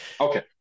Okay